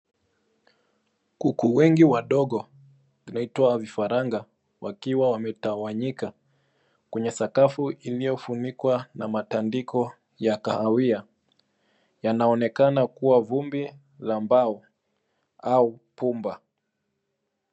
Kuku wengi wadogo wavaitwa vifaranga, wakiwa wametawanyika kwenye sakafu iliyofunikwa na matandiko ya kahawia. Yanaonekana kuwa vumbi la mbao au pumba.